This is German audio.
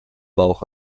bauch